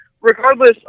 regardless